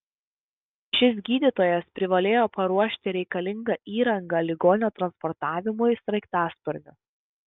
šis gydytojas privalėjo paruošti reikalingą įrangą ligonio transportavimui sraigtasparniu